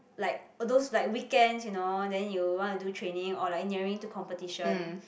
like those like weekends you know then you want to do training or like nearing to competition